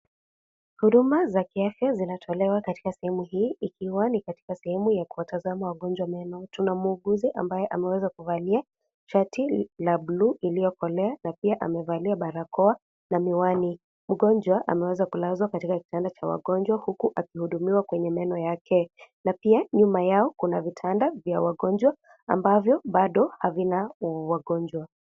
Huduma za kiafya zinatolewa katika sehemu hii, ikiwa ni katika sehemu ya kuwatazama wagonjwa meno, tuna muuguzi, ambaye ameweza kuvalia shati la (cs)blue(cs), iliyokolea, na pia amevalia barakoa, na miwani, mgonjwa ameweza kulazwa katika kitanda cha wagonjwa huku akihudumiwa kwenye meno yake, na pia, nyuma yao, kuna vitanda vya wagonjwa, ambavyo, bado, havina, wagonjwa.